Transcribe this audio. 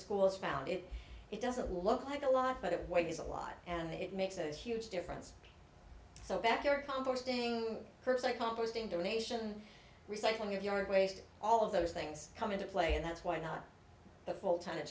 schools found it it doesn't look like a lot but it weighs a lot and it makes a huge difference so back your compost being perks like composting donation recycling your yard waste all of those things come into play and that's why not a full time